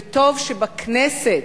וטוב שבכנסת,